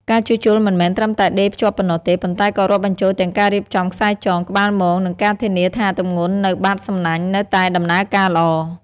ការជួសជុលមិនមែនត្រឹមតែដេរភ្ជាប់ប៉ុណ្ណោះទេ ប៉ុន្តែក៏រាប់បញ្ចូលទាំងការរៀបចំខ្សែចង ក្បាលមង និងការធានាថាទម្ងន់នៅបាតសំណាញ់នៅតែដំណើរការល្អ។